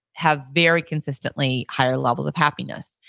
have very consistently higher levels of happiness.